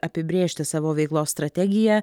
apibrėžti savo veiklos strategiją